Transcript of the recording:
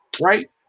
right